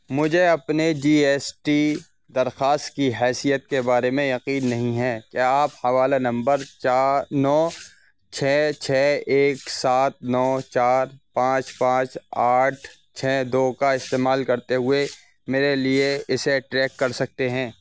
مجھے اپنے G S T درخواست کی حیثیت کے بارے میں یقین نہیں ہیں کیا آپ حوالہ نمبر چار نو چھ چھ ایک سات نو چار پانچ پانچ آٹھ چھ دو کا استعمال کرتے ہوئے میرے لیے اسے ٹریک کر سکتے ہیں